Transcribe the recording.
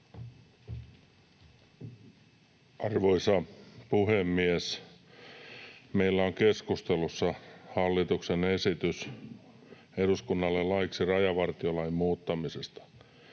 Arvoisa puhemies! Meillä on keskustelussa hallituksen esitys eduskunnalle laiksi rajavartiolain muuttamisesta.